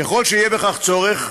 ככל שיהיה בכך צורך,